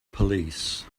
police